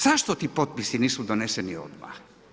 Zašto ti potpisi nisu doneseni odmah?